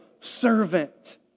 servant